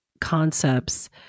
concepts